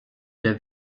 der